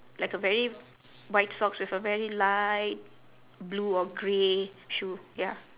like a very white socks with a very light blue or grey shoe ya